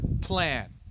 plan